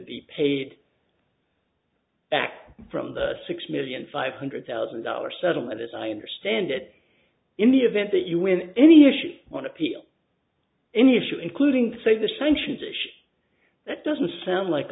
be paid back from the six million five hundred thousand dollars settlement as i understand it in the event that you win any issue on appeal any issue including say the sanctions issue that doesn't sound like